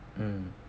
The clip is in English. mm